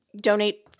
donate